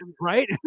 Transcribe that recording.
right